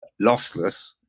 lossless